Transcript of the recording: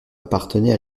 appartenait